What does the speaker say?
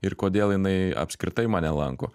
ir kodėl jinai apskritai mane lanko